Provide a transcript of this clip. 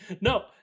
No